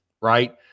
right